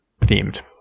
themed